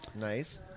Nice